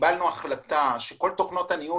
וקבלנו החלטה שכל תוכנות הניהול